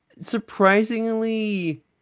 surprisingly